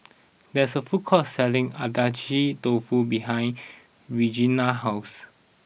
there is a food court selling Agedashi Dofu behind Regina's house